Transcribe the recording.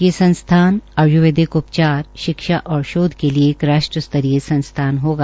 ये संस्थान आय्र्वेदिक उपचार शिक्षा और शोध के लिये एक राष्ट्र स्तरीय संस्थान होगा